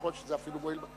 עובדה שלא קרה.